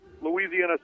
Louisiana